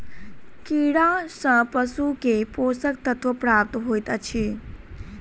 कीड़ा सँ पशु के पोषक तत्व प्राप्त होइत अछि